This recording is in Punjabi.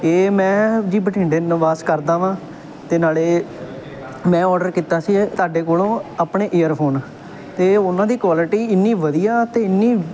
ਇਹ ਮੈਂ ਜੀ ਬਠਿੰਡੇ ਨਿਵਾਸ ਕਰਦਾ ਵਾਂ ਅਤੇ ਨਾਲੇ ਮੈਂ ਆਰਡਰ ਕੀਤਾ ਸੀ ਤੁਹਾਡੇ ਕੋਲੋਂ ਆਪਣੇ ਏਅਰਫੋਨ ਅਤੇ ਉਹਨਾਂ ਦੀ ਕੁਆਲਿਟੀ ਇੰਨੀ ਵਧੀਆ ਅਤੇ ਇੰਨੀ